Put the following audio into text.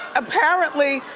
apparently,